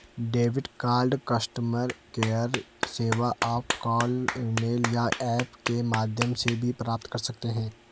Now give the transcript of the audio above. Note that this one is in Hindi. डेबिट कार्ड कस्टमर केयर सेवा आप कॉल ईमेल या ऐप के माध्यम से भी प्राप्त कर सकते हैं